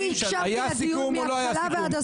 אני הקשבתי לדיון מהתחלה ועד הסוף.